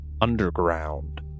underground